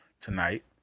tonight